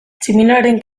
tximinoaren